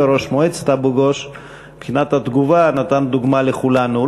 את ראש מועצת אבו-גוש בתגובה שהיא דוגמה לכולנו,